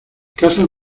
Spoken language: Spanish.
casas